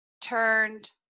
turned